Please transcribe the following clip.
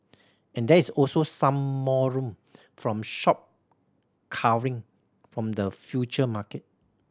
and there is also some more room from short covering from the future market